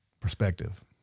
Perspective